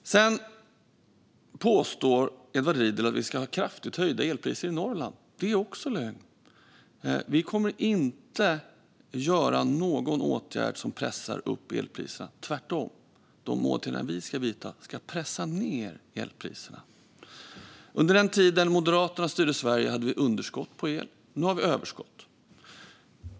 Sedan påstår Edward Riedl att vi ska få kraftigt höjda elpriser i Norrland. Det är också lögn. Vi kommer inte att vidta någon åtgärd som pressar upp elpriserna. De åtgärder vi ska vidta ska tvärtom pressa ned elpriserna. Under den tid Moderaterna styrde Sverige hade vi underskott på el. Nu har vi överskott.